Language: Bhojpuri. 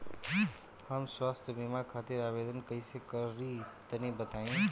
हम स्वास्थ्य बीमा खातिर आवेदन कइसे करि तनि बताई?